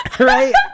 Right